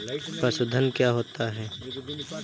पशुधन क्या होता है?